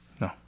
No